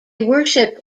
worshipped